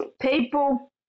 people